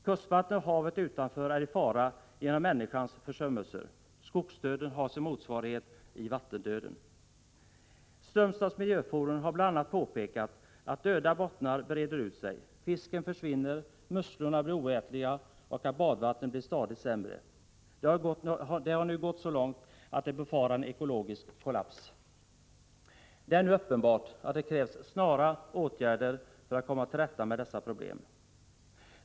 Kustvattnet och havet utanför är i fara genom människans försummelse. Skogsdöden har sin motsvarighet i vattendöden. Strömstads Miljöforum har bl.a. påpekat att döda bottnar breder ut sig, fisken försvinner, musslorna blir oätliga och badvattnet blir stadigt sämre. Det har nu gått så långt att man befarar en ekologisk kollaps. Det är nu uppenbart att det krävs snara åtgärder för att komma till rätta med dessa problem.